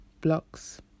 blocks